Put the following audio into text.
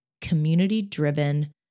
community-driven